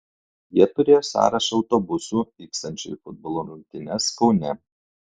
jie turėjo sąrašą autobusų vykstančių į futbolo rungtynes kaune